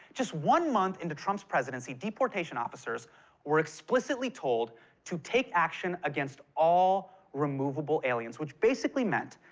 just one month into trump's presidency, deportation officers were explicitly told to take action against all removable aliens, which basically meant,